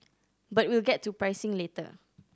but we'll get to pricing later